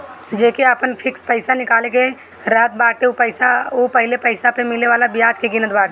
जेके आपन फिक्स पईसा निकाले के रहत बाटे उ पहिले पईसा पअ मिले वाला बियाज के गिनत बाटे